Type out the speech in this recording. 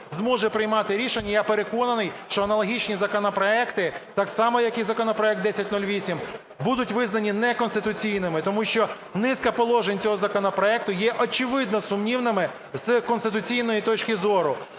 зможе приймати рішення, я переконаний, що аналогічні законопроекти, так само, як і законопроект 1008, будуть визнані неконституційними, тому що низка положень цього законопроекту є очевидно сумнівною з конституційної точки зору.